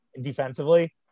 defensively